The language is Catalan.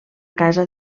casa